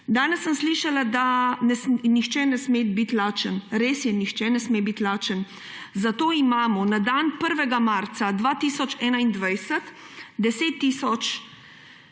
Danes sem slišala, da nihče ne sme biti lačen. Res je, nihče ne sme biti lačen, zato imamo na dan 1. marca 2021 –10 tisoč